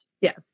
Yes